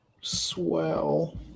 Swell